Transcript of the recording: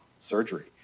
surgery